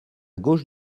gauche